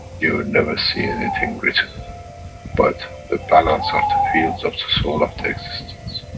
you will never see anything written but the balance of the fields of the soul of the existence.